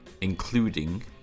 including